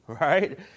right